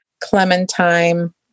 clementine